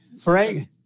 Frank